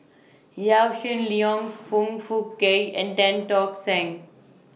Yaw Shin Leong Foong Fook Kay and Tan Tock Seng